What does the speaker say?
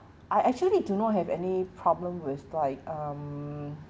I actually do not have any problem with like um